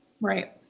Right